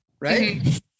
right